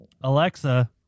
Alexa